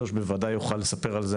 ג'וש בוודאי יוכל לספר על זה,